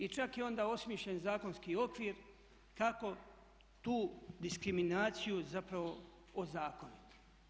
I čak je i onda osmišljen zakonski okvir kako tu diskriminaciju zapravo ozakoniti.